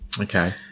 Okay